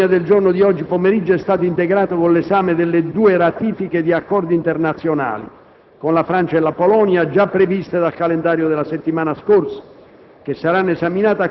Anzitutto l'ordine del giorno di oggi pomeriggio è stato integrato con l'esame delle due ratifiche di accordi internazionali con la Francia e la Polonia, già previste dal calendario della settimana scorsa,